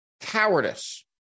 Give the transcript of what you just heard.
cowardice